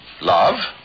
love